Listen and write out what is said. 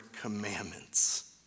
commandments